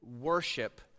worship